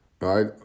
right